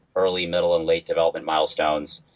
early, middle and late development milestones,